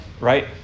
Right